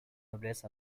noblesse